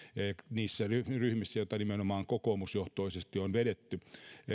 niissä ryhmissä joita nimenomaan kokoomusjohtoisesti on vedetty